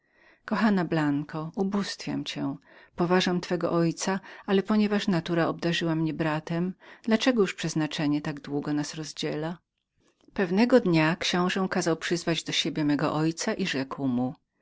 kochana blanko ubóstwiam cię poważam twego ojca ale ponieważ nataranatura obdarzyła mnie bratem dla czegoż przeznaczenie tak długo nas rozdziela pewnego dnia książe kazał przyzwać do siebie mego ojca i rzekł